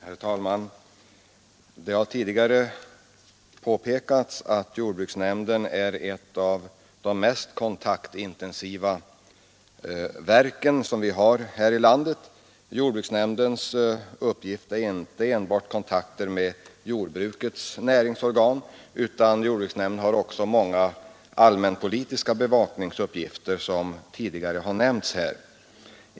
Herr talman! Det har tidigare påpekats att jordbruksnämnden är ett av de mest kontaktintensiva organen här i landet. Jordbruksnämndens uppgift är inte enbart att ha kontakt med jordbrukets näringsorgan, utan jordbruksnämnden har också många allmänpolitiska bevakningsuppgifter, som tidigare har nämnts.